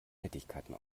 nettigkeiten